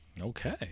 Okay